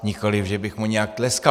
Nikoliv že bych mu nějak tleskal.